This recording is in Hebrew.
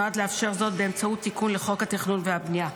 נועד לאפשר זאת באמצעות תיקון לחוק התכנון והבנייה.